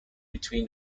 between